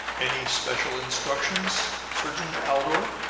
any special instructions, surgeon aldor?